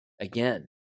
Again